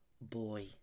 boy